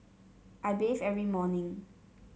I bathe every morning